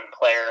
player